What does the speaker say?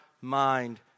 mind